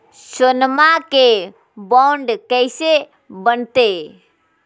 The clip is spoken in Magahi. सोनमा के बॉन्ड कैसे बनते?